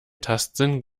tastsinn